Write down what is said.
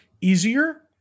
easier